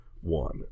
one